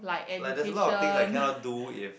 like there's a lot of things I cannot do if